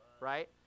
Right